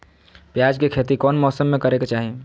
प्याज के खेती कौन मौसम में करे के चाही?